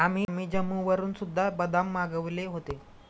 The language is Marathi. आम्ही जम्मूवरून सुद्धा बदाम मागवले होते